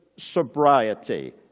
sobriety